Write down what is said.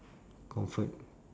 comfort